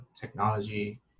technology